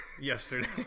yesterday